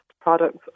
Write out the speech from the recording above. products